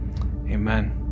Amen